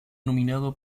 nominado